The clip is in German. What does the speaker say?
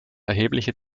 erhebliche